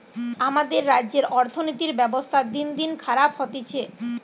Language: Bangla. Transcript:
আমাদের রাজ্যের অর্থনীতির ব্যবস্থা দিনদিন খারাপ হতিছে